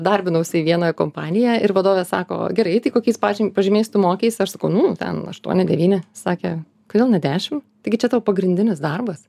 darbinausi į vieną kompaniją ir vadovė sako gerai tai kokiais pažym pažymiais tu mokeis aš sakau nu ten aštuoni devyni sakė kodėl ne dešim taigi čia tavo pagrindinis darbas